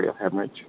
hemorrhage